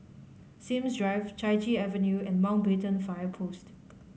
Sims Drive Chai Chee Avenue and Mountbatten Fire Post